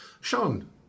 Sean